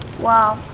well,